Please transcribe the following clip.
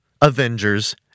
Avengers